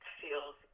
feels